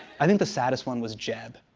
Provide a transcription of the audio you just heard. i think the saddest one was jeb.